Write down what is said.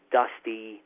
dusty